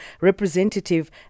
representative